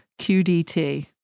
QDT